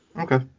Okay